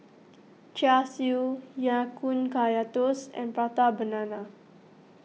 Char Siu Ya Kun Kaya Toast and Prata Banana